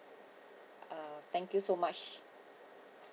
uh thank you so much